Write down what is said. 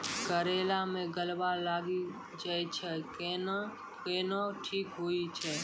करेला मे गलवा लागी जे छ कैनो ठीक हुई छै?